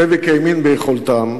זאביק האמין ביכולתם,